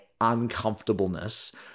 uncomfortableness